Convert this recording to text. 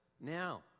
now